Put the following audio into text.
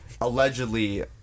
Allegedly